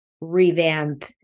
revamp